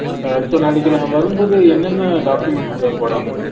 okay so நாளைக்கு நான் வரும்போது என்னென்ன டாக்குமெண்ட்ஸ் தேவைப்படும் அங்கே